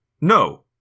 No